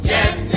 Yes